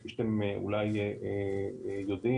כפי שאתם אולי יודעים,